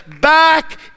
back